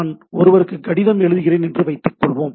நான் ஒருவருக்கு கடிதம் எழுதுகிறேன் என்று வைத்துக்கொள்வோம்